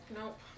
Nope